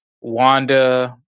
Wanda